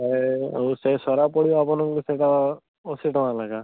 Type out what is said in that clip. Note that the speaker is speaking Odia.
ଶହେ ଆଉ ସେ ସରା ପଡ଼ିବ ଆପଣଙ୍କୁ ସେଇଟା ଅଶୀ ଟଙ୍କା ଲେଖାଁ